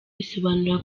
bisobanura